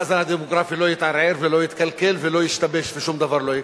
המאזן הדמוגרפי לא יתערער ולא יתקלקל ולא ישתבש ושום דבר לא יקרה.